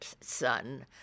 son